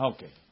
Okay